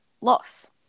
loss